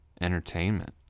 entertainment